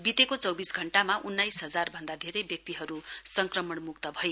बितेको चौबिस घण्टामा उन्नाइस हजार भन्दा धेरै व्यक्तिहरू संक्रमणमुक्त भए